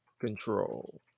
control